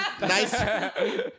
nice